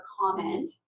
comment